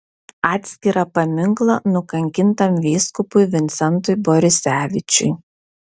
atskirą paminklą nukankintam vyskupui vincentui borisevičiui